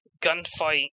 gunfight